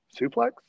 suplex